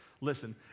Listen